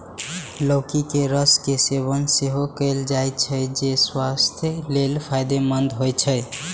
लौकी के रस के सेवन सेहो कैल जाइ छै, जे स्वास्थ्य लेल फायदेमंद होइ छै